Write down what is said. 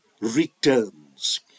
returns